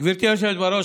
גברתי היושבת בראש,